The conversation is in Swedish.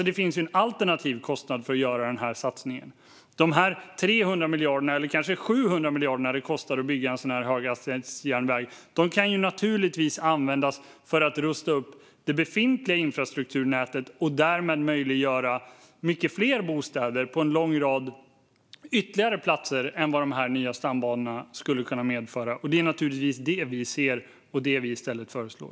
Det finns en alternativ kostnad för att göra denna satsning. De 300 miljarder eller kanske 700 miljarder som det kostar att bygga höghastighetsjärnväg kan naturligtvis användas för att rusta upp det befintliga infrastrukturnätet och därmed möjliggöra många fler bostäder på en lång rad ytterligare platser än vad de nya stambanorna skulle kunna medföra. Det är naturligtvis detta som vi ser och föreslår.